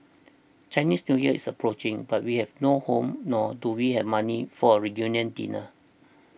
Chinese New Year is approaching but we have no home nor do we have money for a reunion dinner